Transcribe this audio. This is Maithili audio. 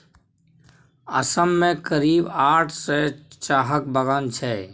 असम मे करीब आठ सय चाहक बगान छै